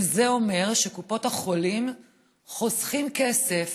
וזה אומר שקופות החולים חוסכות כסף